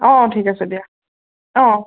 অঁ অঁ ঠিক আছে দিয়া অঁ অঁ